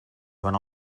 joan